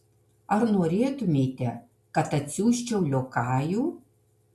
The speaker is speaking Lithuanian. ar norėtumėte kad atsiųsčiau liokajų